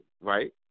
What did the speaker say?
right